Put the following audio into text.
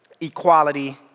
equality